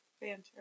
banter